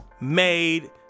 made